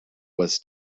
was